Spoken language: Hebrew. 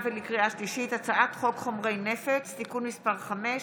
ולקריאה שלישית: הצעת חוק חומרי נפץ (תיקון מס' 5),